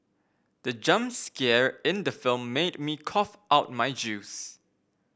the jump scare in the film made me cough out my juice